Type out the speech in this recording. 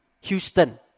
Houston